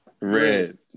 Red